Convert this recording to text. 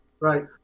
right